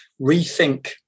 rethink